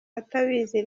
atabizi